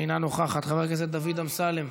אינה נוכחת, חבר הכנסת דוד אמסלם,